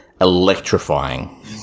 electrifying